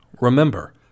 Remember